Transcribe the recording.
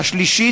והשלישי,